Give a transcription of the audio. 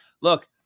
look